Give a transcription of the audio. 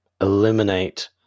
eliminate